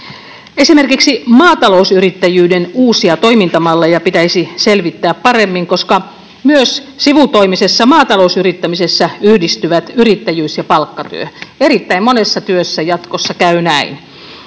Esimerkiksi maatalousyrittäjyyden uusia toimintamalleja pitäisi selvittää paremmin, koska myös sivutoimisessa maata-lousyrittämisessä yhdistyvät yrittäjyys ja palkkatyö. Erittäin monessa työssä jatkossa käy näin.